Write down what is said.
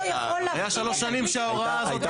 היו שלוש שנים שההוראה הזאת הייתה בסדר